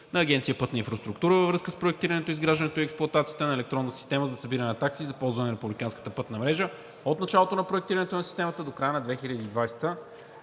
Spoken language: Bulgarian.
на Агенция „Пътна инфраструктура“ във връзка с проектирането, изграждането и експлоатацията на електронна система за събиране на такси за ползване на републиканска пътна мрежа от началото на проектирането на системата до края на 2020 г.